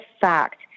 fact